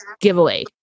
giveaway